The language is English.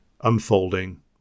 unfolding